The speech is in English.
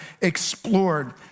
explored